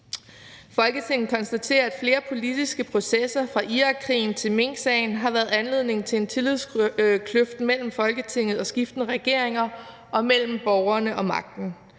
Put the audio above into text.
»Folketinget konstaterer, at flere politiske processer, fra Irakkrigen til minksagen, har givet anledning til en tillidskløft mellem Folketinget og skiftende regeringer, og mellem borgerne og magten.